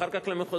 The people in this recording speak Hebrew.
ואחר כך למחוזי,